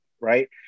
right